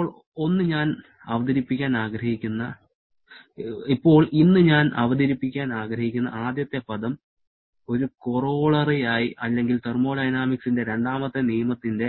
ഇപ്പോൾ ഇന്ന് ഞാൻ അവതരിപ്പിക്കാൻ ആഗ്രഹിക്കുന്ന ആദ്യത്തെ പദം ഒരു കൊറോളറിയായി അല്ലെങ്കിൽ തെർമോഡൈനാമിക്സിന്റെ രണ്ടാമത്തെ നിയമത്തിന്റെ